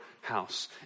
house